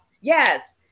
Yes